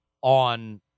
on